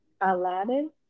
Aladdin